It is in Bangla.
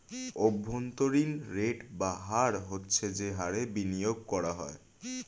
অভ্যন্তরীণ রেট বা হার হচ্ছে যে হারে বিনিয়োগ করা হয়